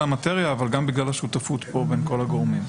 המטריה אבל גם בגלל השותפות בין כל הגורמים.